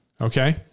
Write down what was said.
okay